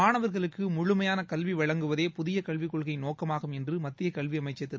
மாணவர்களுக்கு முழுமையான கல்வி வழங்குவதே புதிய கல்விக் கொள்கையின் நோக்கமாகும் என்று மத்திய கல்வி அமைச்சர் திரு